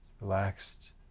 relaxed